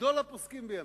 גדול הפוסקים בימינו,